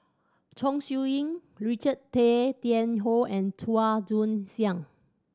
Chong Siew Ying Richard Tay Tian Hoe and Chua Joon Siang